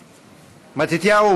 מתתיהו,